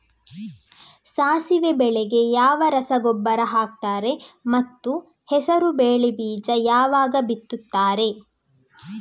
ಸಾಸಿವೆ ಬೆಳೆಗೆ ಯಾವ ರಸಗೊಬ್ಬರ ಹಾಕ್ತಾರೆ ಮತ್ತು ಹೆಸರುಬೇಳೆ ಬೀಜ ಯಾವಾಗ ಬಿತ್ತುತ್ತಾರೆ?